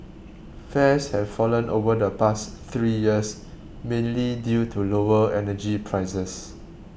fares have fallen over the past three years mainly due to lower energy prices